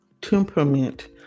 temperament